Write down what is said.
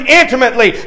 intimately